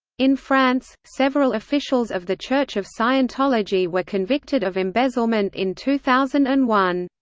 in france, several officials of the church of scientology were convicted of embezzlement in two thousand and one.